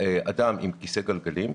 אדם עם כיסא גלגלים,